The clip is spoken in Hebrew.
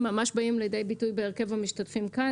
ממש באים לידי ביטוי בהרכב המשתתפים כאן,